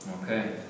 Okay